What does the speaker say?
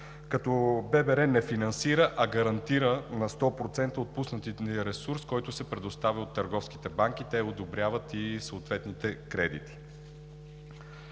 развитие не финансира, а гарантира на 100% отпуснатия ни ресурс, който се предоставя от търговските банки, а те одобряват и съответните кредити.